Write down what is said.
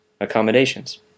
Accommodations